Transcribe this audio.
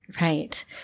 Right